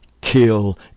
kill